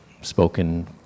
spoken